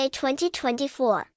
2024